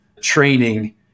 training